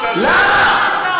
למה?